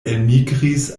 elmigris